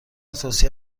توصیه